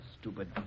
stupid